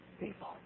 people